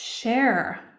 share